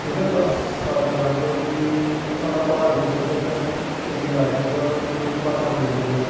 जि'यां तुस सारे जानदेओ कि साढ़ा भारत देश ऐ ते इत्थै केईं राज्य ते केईं भाशां बोल्लियां जंदियां न